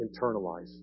internalize